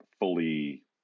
fully